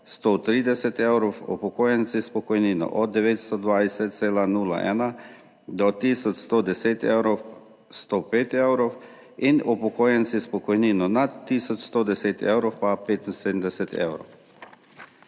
130 evrov, upokojenci s pokojnino od 920,01 do tisoč 110 evrov 105 evrov in upokojenci s pokojnino nad tisoč 110 evrov pa 75 evrov.